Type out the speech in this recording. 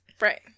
Right